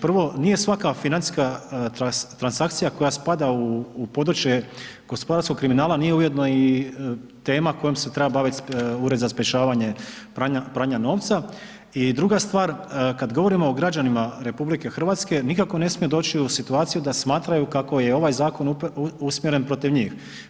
Prvo nije svaka financijska transakcija koja spada u područje gospodarskog kriminala nije ujedno i tema kojom se treba bavit Ured za sprečavanje pranja novca i druga stvar kad govorimo o građanima RH nikako ne smije doći u situaciju da smatraju kako je ovaj zakon usmjeren protiv njih.